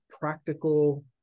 practical